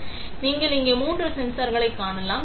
எனவே நீங்கள் இங்கே மூன்று சென்சார்களைக் காணலாம்